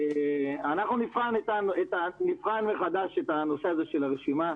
מבחינת העבודה הרגילה.